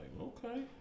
Okay